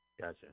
Gotcha